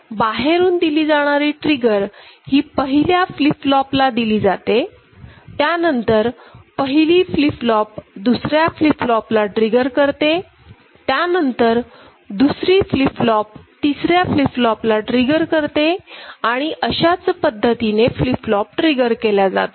बाहेरून दिली जाणारी ट्रिगर ही पहिल्या फ्लीप फ्लॉप ला दिली जाते त्यानंतर पहिली फ्लीप फ्लॉप दुसऱ्या फ्लीप फ्लॉप ला ट्रिगर करते त्यानंतर दुसरी फ्लीप फ्लॉप तिसऱ्या फ्लीप फ्लॉप ला ट्रिगर करते आणि अशाच पद्धतीने फ्लीप फ्लॉप ट्रिगर केल्या जातात